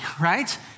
right